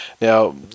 now